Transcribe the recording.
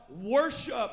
worship